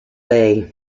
bey